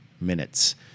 Minutes